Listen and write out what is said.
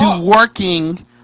working